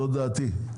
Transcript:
זו דעתי.